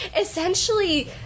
essentially